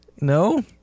No